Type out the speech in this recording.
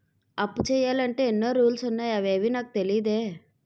అప్పు చెయ్యాలంటే ఎన్నో రూల్స్ ఉన్నాయా అవేవీ నాకు తెలీదే